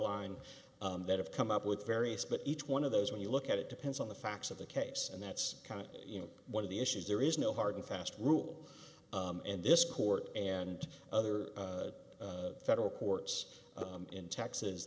line that have come up with various but each one of those when you look at it depends on the facts of the case and that's kind of you know one of the issues there is no hard and fast rule and this court and other federal courts in taxes